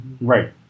right